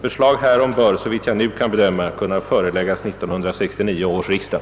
Förslag härom bör, såvitt jag nu kan bedöma, kunna föreläggas 1969 års riksdag.